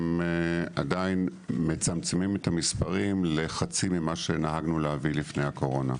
הם עדיין מצמצמים את המספרים לחצי ממה שנהגנו להביא לפני הקורונה.